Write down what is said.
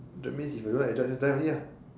that means if you don't like your job just die only lah